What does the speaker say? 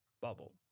bubble